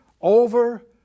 Over